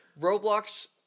Roblox